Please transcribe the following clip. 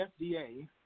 FDA